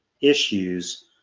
issues